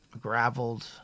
graveled